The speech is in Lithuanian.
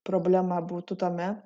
problema būtų tame